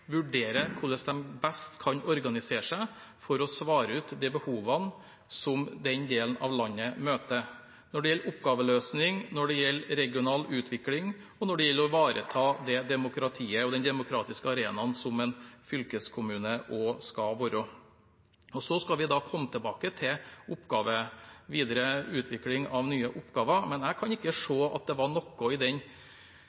best kan organisere seg for å svare ut de behovene den delen av landet møter – når det gjelder oppgaveløsning, når det gjelder regional utvikling, og når det gjelder å ivareta det demokratiet og den demokratiske arenaen som en fylkeskommune også skal være. Vi skal komme tilbake til videre utvikling av nye oppgaver, men jeg kan ikke